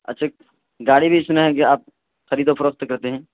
اچھا گاڑی بھی سنا ہے کہ آپ خرید و فروخت کرتے ہیں